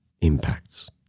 impacts